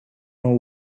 know